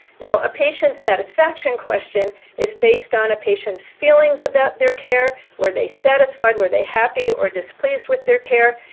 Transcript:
now, a patient satisfaction question is based on a patient's feelings about their care. were they satisfied? were they happy or displeased with their care?